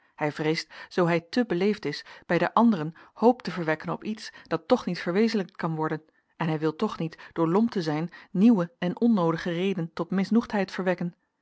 hij vreest zoo hij te beleefd is bij den anderen hoop te verwekken op iets dat toch niet verwezenlijkt kan worden en hij wil toch niet door lomp te zijn nieuwe en onnoodige reden tot misnoegdheid verwekken